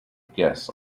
guests